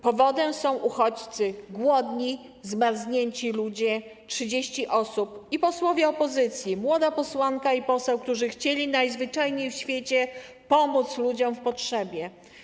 Powodem są uchodźcy: głodni, zmarznięci ludzie, 30 osób, i posłowie opozycji, młoda posłanka i poseł, którzy najzwyczajniej w świecie chcieli pomóc ludziom w potrzebie.